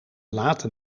late